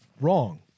wrong